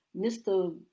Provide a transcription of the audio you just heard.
Mr